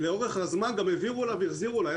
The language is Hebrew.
לאורך הזמן גם העבירו לה והחזירו לה.